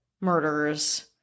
murders